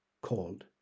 Called